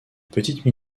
petite